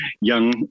young